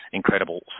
incredible